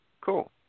cool